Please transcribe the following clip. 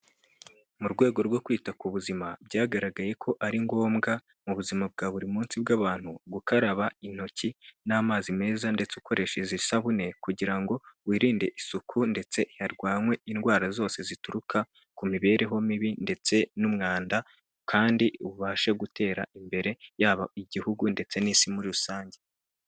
Mu rwego rwo kwita ku buzima, byagaragaye ko ari ngombwa mu buzima bwa buri munsi bw'abantu gukaraba intoki n'amazi meza ndetse ukoresheje isabune, kugira ngo wirinde isuku ndetse harwanwe indwara zose zituruka ku mibereho mibi ndetse n'umwanda, kandi ubashe gutera imbere, yaba igihugu ndetse n'Isi muri rusange.